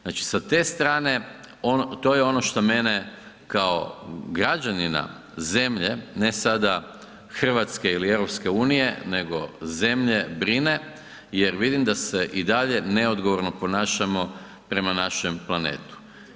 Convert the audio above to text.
Znači, sa te strane, to je ono što mene kao građanina zemlje, ne sada RH ili EU, nego zemlje brine jer vidim da se i dalje neodgovorno ponašamo prema našem planetu.